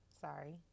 Sorry